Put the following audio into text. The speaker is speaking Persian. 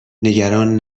نگران